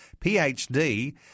PhD